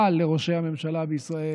לראשי הממשלה בישראל,